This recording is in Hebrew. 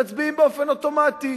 מצביעים באופן אוטומטי.